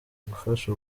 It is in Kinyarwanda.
gufasha